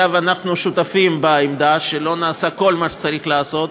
אגב אנחנו שותפים לעמדה שלא נעשה כל מה שצריך לעשות.